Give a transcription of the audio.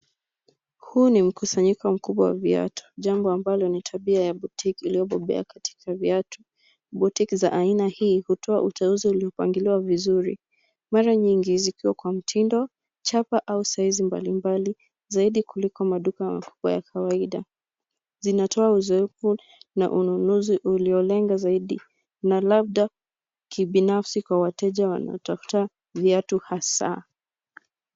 Huu ni mkusanyiko mkubwa wa viatu, jambo ambalo ni tabia ya boutique iliyobobea katika viatu. Boutique za aina hii, hutoa uteuzi uliopangiliwa vizuri, mara nyingi zikiwa kwa mtindo, chapa au size mbalimbali zaidi kuliko maduka makubwa ya kawaida. Zinatoa uzoefu na ununuzi ulio lenga zaidi na labda kibinafsi kwa wateja wanaotafuta viatu hasa.